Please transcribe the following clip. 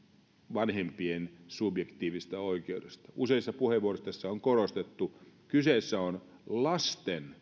vanhempien subjektiivisesta oikeudesta useissa puheenvuoroissa on korostettu kyseessä on lasten